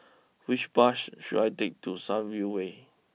which bus should I take to Sunview way